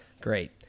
Great